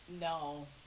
no